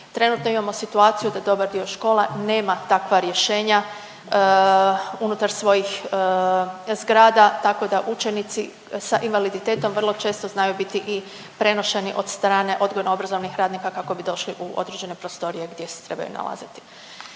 Trenutno imamo situaciju da dobar dio škola nema takva rješenja unutar svojih zgrada, tako da učenici sa invaliditetom vrlo često znaju biti i prenošeni od strane odgojno-obrazovnih radnika kako bi došli u određene prostorije gdje se trebaju nalaziti.